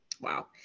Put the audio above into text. wow